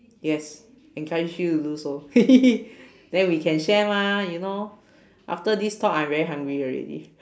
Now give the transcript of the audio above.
yes encourage you to do so then we can share lah you know after this talk I'm very hungry already